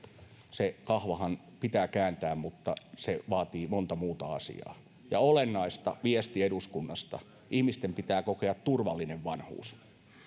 se kahvahan pitää kääntää mutta se vaatii monta muuta asiaa ja olennaista on viesti eduskunnasta ihmisten pitää kokea turvallinen vanhuus